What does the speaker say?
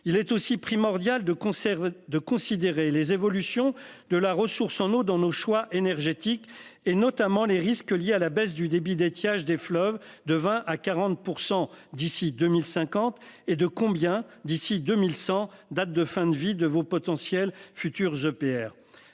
Il est aussi primordial de concert de considérer les évolutions de la ressource en eau dans nos choix énergétiques et notamment les risques liés à la baisse du débit d'étiage des fleuves de 20 à 40% d'ici 2050 et de combien d'ici 2100, date de fin de vie de vos potentiels futurs EPR